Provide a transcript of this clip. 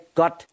got